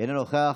אינו נוכח,